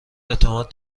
اعتماد